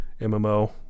MMO